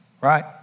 Right